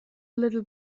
little